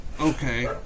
Okay